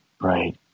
right